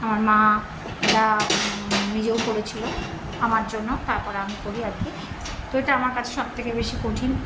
আমার মা নিজেও করেছিল আমার জন্য তারপরে আমি করি আর কি তো এটা আমার কাছে সব থেকে বেশি কঠিন